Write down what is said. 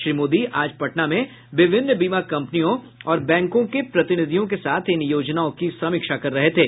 श्री मोदी आज पटना में विभिन्न बीमा कंपनियों और बैंकों के प्रतिनिधियों के साथ इन योजनाओं की समीक्षा कर रहे थे